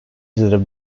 visited